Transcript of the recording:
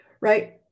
right